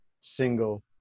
single